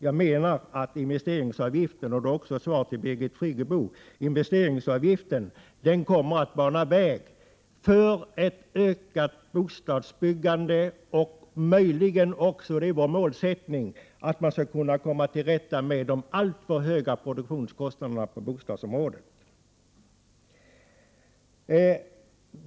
Jag menar, och det är också ett svar till Birgit Friggebo, att investeringsavgiften kommer att bana väg för ett ökat bostadsbyggande och möjligen också — det är vårt mål — bidra till att vi kan komma till rätta med de alltför höga produktionskostnaderna på bostadsområdet.